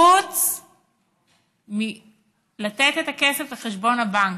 חוץ מלתת את הכסף לחשבון הבנק.